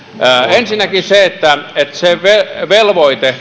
ensinnäkin kun on se velvoite